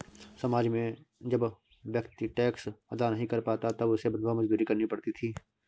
समाज में जब व्यक्ति टैक्स अदा नहीं कर पाता था तब उसे बंधुआ मजदूरी करनी पड़ती थी